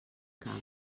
camp